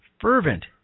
fervent